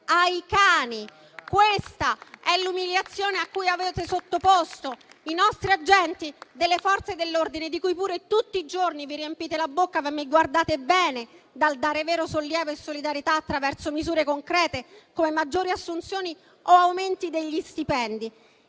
Questa è l'umiliazione a cui avete sottoposto i nostri agenti delle Forze dell'ordine, di cui pure tutti i giorni vi riempite la bocca, ma ai quali vi guardate bene dal dare vero sollievo e solidarietà attraverso misure concrete, come maggiori assunzioni o aumenti degli stipendi.